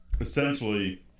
essentially